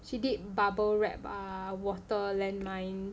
she did bubble wrap ah water land mine